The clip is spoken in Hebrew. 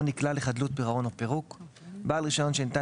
נקלע לחדלות פירעון או פירוק 9. (א) בעל רישיון שניתן